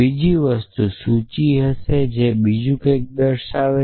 બીજી વસ્તુ સૂચિ હશે તે કંઈક બીજું હોઈ શકે